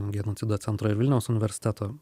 genocido centro ir vilniaus universiteto